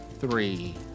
Three